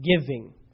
giving